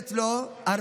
שחייבת לו הרבה,